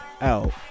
out